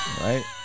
Right